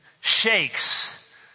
shakes